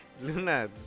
Luna